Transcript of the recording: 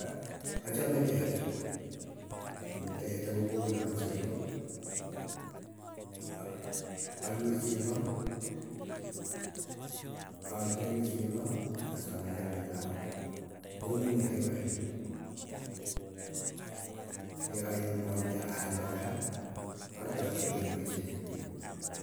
Achame teta amu teta kokona chego. Alue chego, aldai chego asomesane laagok. Kona moek kora koyekaet, moita aalde kora atartekei eng paisyosyek chu.